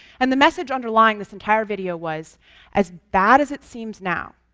and the message underlying this entire video was as bad as it seems now,